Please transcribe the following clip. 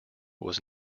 was